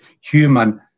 human